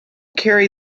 carry